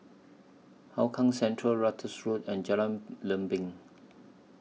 Hougang Central Ratus Road and Jalan Lempeng